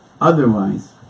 otherwise